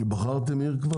בחרתם עיר כבר?